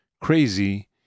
Crazy